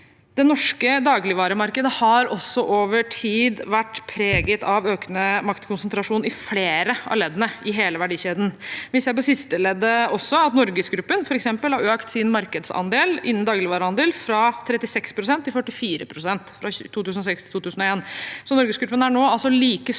Det norske dagligvaremarkedet har også over tid vært preget av økende maktkonsentrasjon i flere av leddene i hele verdikjeden. Vi ser på sisteleddet også at f.eks. NorgesGruppen har økt sin markedsandel innen dagligvarehandel fra 36 pst. til 44 pst. fra 2006 til 2021. NorgesGruppen er nå altså like store